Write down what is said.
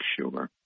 schumer